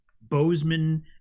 Bozeman